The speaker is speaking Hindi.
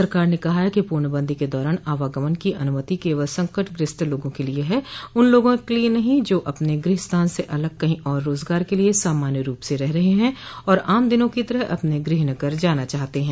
सरकार ने कहा है कि पूर्णबंदी के दौरान आवागमन की अनुमति केवल संकटग्रस्त लोगों के लिए है उन लोगों के लिए नहीं है जो अपने गृह स्थान से अलग कहीं और रोजगार के लिए सामान्य रूप से रह रहे हैं और आम दिनों की तरह अपने गृह नगर जाना चाहते हैं